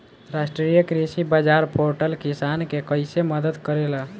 राष्ट्रीय कृषि बाजार पोर्टल किसान के कइसे मदद करेला?